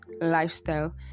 lifestyle